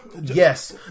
Yes